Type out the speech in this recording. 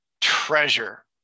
treasure